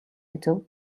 үзэв